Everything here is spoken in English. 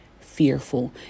fearful